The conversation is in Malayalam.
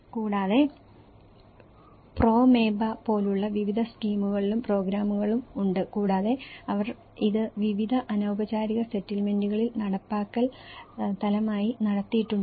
കൂടാതെ പ്രോമേബ പോലുള്ള വിവിധ സ്കീമുകളും പ്രോഗ്രാമുകളും ഉണ്ട് കൂടാതെ അവർ ഇത് വിവിധ അനൌപചാരിക സെറ്റിൽമെന്റുകളിൽ നടപ്പാക്കൽ തലമായി നടത്തിയിട്ടുണ്ട്